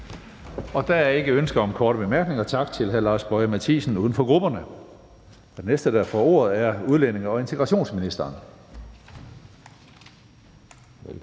Der er ikke ønske om korte bemærkninger. Tak til hr. Lars Boje Mathiesen, uden for grupperne. Den næste, der får ordet, er udlændinge- og integrationsministeren.